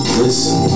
listen